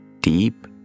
deep